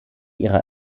ihrer